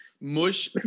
mush